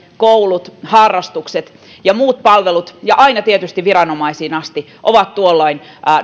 koulut harrastukset ja muut palvelut aina tietysti viranomaisiin asti ovat tuolloin